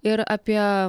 ir apie